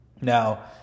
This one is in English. Now